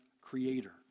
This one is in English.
creator